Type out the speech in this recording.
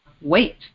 Wait